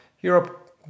Europe